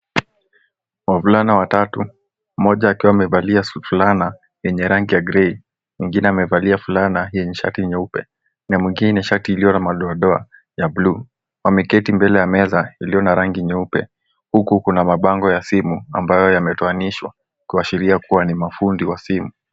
Wavulana watatu, mmoja akiwa amevalia fulana yenye rangi ya grey , mwingine amevalia fulana yenye shati nyeupe, na mwingine shati iliyo na madoadoa ya blue , ameketi mbele ya meza iliyo na rangi nyeupe, huku kuna mabango ya simu ambayo yametoanishwa, kuashiria kua ni mafundi wa simu.